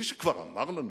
מי שכבר אמר לנו,